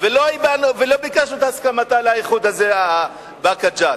ולא ביקשנו את הסכמתה לאיחוד הזה של באקה ג'ת,